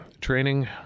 training